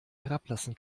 herablassen